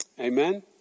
amen